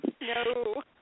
No